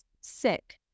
sick